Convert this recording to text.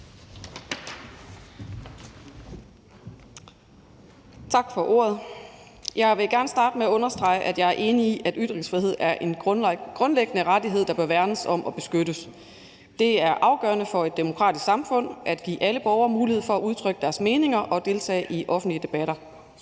Tak for ordet. Jeg vil gerne starte med at understrege, at jeg er enig i, at ytringsfrihed er en grundlæggende rettighed, der bør værnes om og beskyttes. Det er afgørende for et demokratisk samfund, at alle borgere gives mulighed for at udtrykke deres meninger og deltage i offentlige debatter.